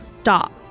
Stop